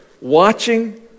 watching